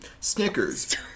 Snickers